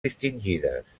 distingides